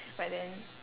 but then